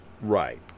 Right